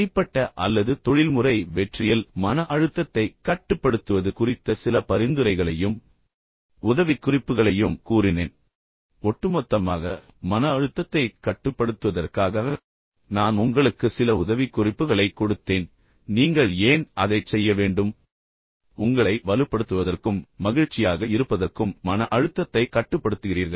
தனிப்பட்ட அல்லது தொழில்முறை வெற்றியில் பின்னர் மன அழுத்தத்தை கட்டுப்படுத்துவது குறித்த சில பரிந்துரைகளையும் உதவிக்குறிப்புகளையும் உங்களுக்கு வழங்குவதை பற்றி கூறினேன் ஒட்டுமொத்தமாக நான் உங்களுக்குச் கூறியது மன அழுத்தத்தைக் கட்டுப்படுத்துவதற்காக எனவே நீங்கள் சில விஷயங்களைச் செய்ய வேண்டும் பின்னர் நான் உங்களுக்கு சில உதவிக்குறிப்புகளைக் கொடுத்தேன் நீங்கள் ஏன் அதைச் செய்ய வேண்டும் அடிப்படையில் நீங்கள் உங்களை வலுப்படுத்துவதற்கும் மகிழ்ச்சியாக இருப்பதற்கும் மன அழுத்தத்தை கட்டுப்படுத்துகிறீர்கள்